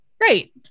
great